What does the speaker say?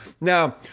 Now